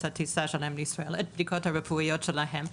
הטיסה שלהם לישראל ואת הבדיקות הרפואיות שלהם,